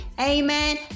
Amen